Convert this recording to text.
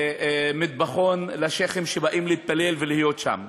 ומטבחון לשיח'ים שבאים להתפלל ולהיות שם.